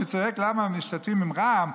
שצועק: למה משתתפים עם רע"מ,